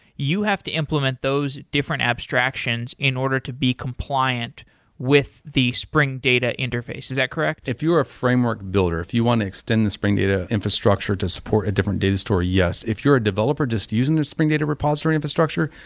you have to implement those different abstractions in order to be compliant with the spring data interface, is that correct? if you're a framework builder, if you want to extend the spring data infrastructure to support a different data story, yes. if you're a developer just using the spring data repository infrastructure,